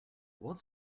what